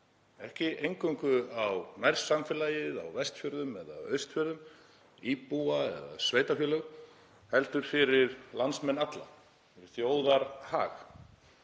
ekki eingöngu á nærsamfélagið á Vestfjörðum eða Austfjörðum, íbúa eða sveitarfélög, heldur fyrir landsmenn alla, þjóðarhag.